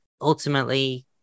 Ultimately